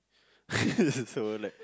so like